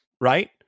Right